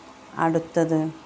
അടുത്തത്